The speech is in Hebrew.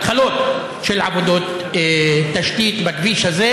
התחלות של עבודות תשתית בכביש הזה,